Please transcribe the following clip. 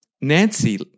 Nancy